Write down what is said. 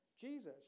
Jesus